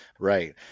Right